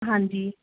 ਹਾਂਜੀ